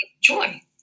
Joy